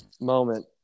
moment